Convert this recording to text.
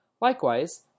Likewise